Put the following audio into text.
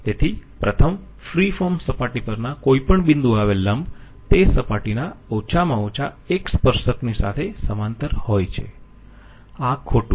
તેથી પ્રથમ free form સપાટી પરના કોઈપણ બિંદુએ આવેલ લંબ તે સપાટીના ઓછામાં ઓછા એક સ્પર્શકની સાથે સમાંતર હોય છે આ ખોટું છે